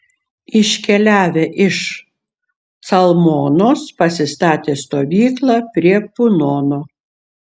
iškeliavę iš calmonos pasistatė stovyklą prie punono